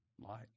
light